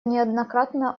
неоднократно